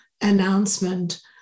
announcement